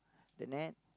the net